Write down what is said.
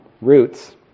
Roots